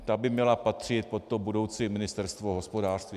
Ta by měla patřit pod budoucí Ministerstvo hospodářství.